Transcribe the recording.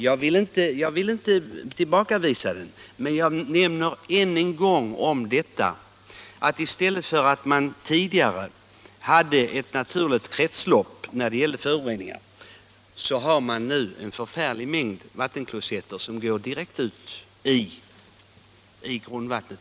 Jag vill inte tillbakavisa uppgifterna om ett samband, men jag nämner än en gång att i stället för att det tidigare var ett naturligt kretslopp när det gäller föroreningar finns det nu en förfärlig mängd utsläpp från vattenklosetter som i många fall går direkt ut i grundvattnet.